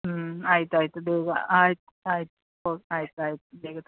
ಹ್ಞೂ ಆಯ್ತು ಆಯಿತು ಬೇಗ ಆಯ್ತು ಆಯ್ತು ಓಕ್ ಆಯ್ತು ಆಯ್ತು ಬೇಗ